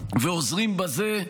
ועוזרים בזה,